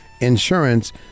insurance